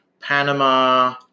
Panama